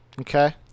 Okay